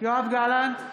יואב גלנט,